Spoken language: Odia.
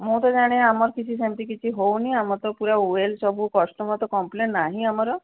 ମୁଁ ତ ଜାଣେ ଆମର କିଛି ସେମିତି କିଛି ହେଉନି ଆମର ତ ପୁରା ୱେଲ୍ ସବୁ କଷ୍ଟମର୍ ତ କମ୍ପ୍ଲେନ୍ ନାହିଁ ଆମର